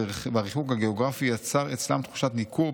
והריחוק הגיאוגרפי יצר אצלם תחושת ניכור,